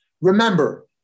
Remember